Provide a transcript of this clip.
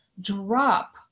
drop